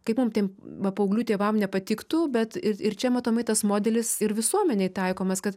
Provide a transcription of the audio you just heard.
kaip mum tiem va paauglių tėvam nepatiktų bet ir čia matomai tas modelis ir visuomenei taikomas kad